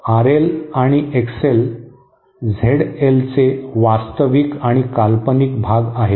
RL आणि XL Z एलचे वास्तविक आणि काल्पनिक भाग आहेत